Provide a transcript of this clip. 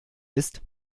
ist